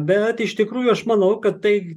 bet iš tikrųjų aš manau kad tai